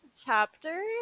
chapter